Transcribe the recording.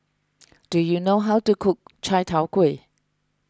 do you know how to cook Chai Tow Kway